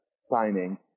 signing